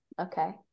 Okay